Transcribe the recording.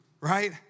right